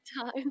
Time